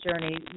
journey